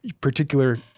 particular